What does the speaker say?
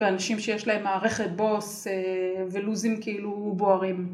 ואנשים שיש להם מערכת בוס ולו"זים כאילו בוערים.